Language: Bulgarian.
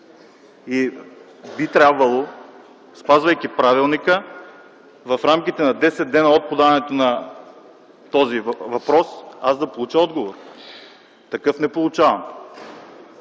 Би трябвало, спазвайки правилника, в рамките на 10 дни от подаване на този въпрос аз да получа отговор. Такъв не получавам.